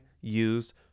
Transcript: use